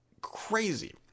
crazy